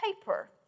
paper